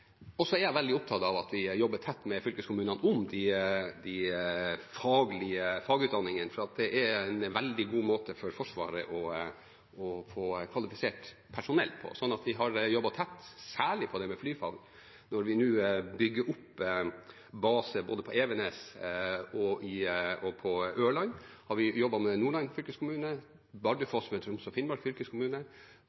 Jeg er veldig opptatt av at vi jobber tett med fylkeskommunene om fagutdanningene, for det er en veldig god måte for Forsvaret å få kvalifisert personell på. Vi har jobbet tett – særlig på det med flyfag når vi nå bygger opp baser både på Evenes og på Ørland – med Nordland fylkeskommune, med Troms og Finnmark fylkeskommune